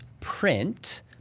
print